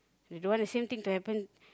you don't want the same thing to happen